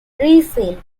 resale